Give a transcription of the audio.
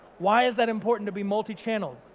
why is that important to be multi-channel?